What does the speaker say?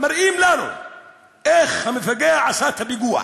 מראים לנו איך המפגע עשה את הפיגוע.